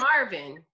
Marvin